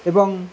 ଏବଂ